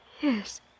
Yes